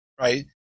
right